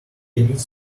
needs